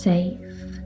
Safe